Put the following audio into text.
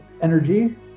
energy